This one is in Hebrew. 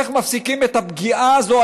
איך מפסיקים את הפגיעה הזו,